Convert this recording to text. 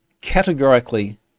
categorically